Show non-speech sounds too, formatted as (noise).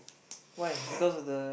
(noise)